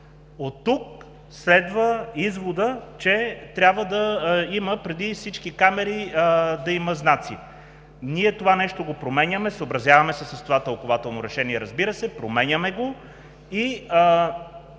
От тук следва изводът, че трябва да има знаци преди всички камери. Ние това нещо го променяме, съобразяваме се с това тълкувателно решение, разбира се, променяме го.